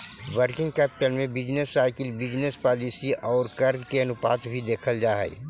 working capital में business cycle business policy औउर कर्ज के अनुपात भी देखल जा हई